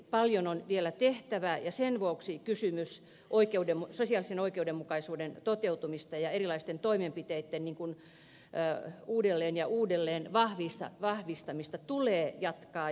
paljon on vielä tehtävää ja sen vuoksi kysymystä sosiaalisen oikeudenmukaisuuden toteutumisesta ja erilaisten toimenpiteitten uudelleen ja uudelleen vahvistamista tulee jatkaa